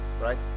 Right